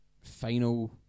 final